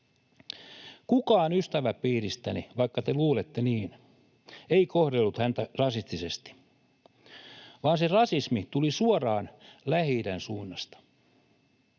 Kukaan ystäväpiiristäni, vaikka te luulette niin, ei kohdellut häntä rasistisesti, vaan se rasismi tuli suoraan Lähi-idän suunnasta.